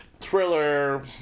thriller